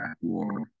War